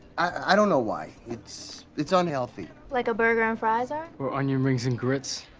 i don't know why. it's, it's unhealthy. like a burger and fries, are? or onion rings and grits?